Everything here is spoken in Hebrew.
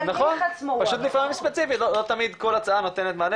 פשוט לפעמים ספציפית לא כל הצעה נותנת מענה